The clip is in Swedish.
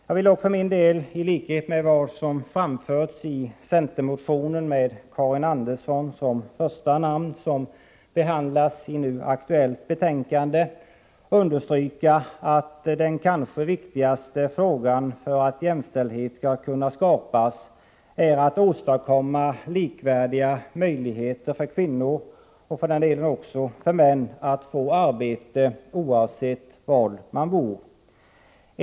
Jag vill dock för min del—-ilikhet med vad som framförs i den centermotion med Karin Andersson som första namn som behandlas i det aktuella betänkandet — understryka att 95 det kanske viktigaste för att jämställdhet skall kunna skapas är att åstadkomma likvärdiga möjligheter för kvinnor — och för den delen också för män — att få arbete oavsett var man bor.